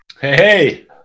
Hey